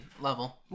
level